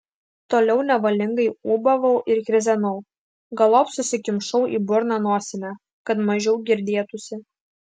toliau nevalingai ūbavau ir krizenau galop susikimšau į burną nosinę kad mažiau girdėtųsi